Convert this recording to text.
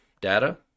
data